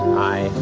i and